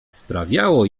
sprawiało